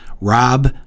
Rob